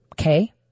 Okay